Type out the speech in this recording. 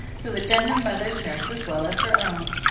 who had been her mother's nurse as well as her own.